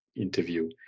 interview